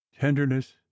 tenderness